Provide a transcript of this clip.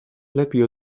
lepiej